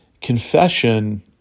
Confession